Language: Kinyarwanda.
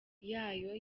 yayo